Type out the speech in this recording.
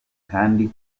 kandi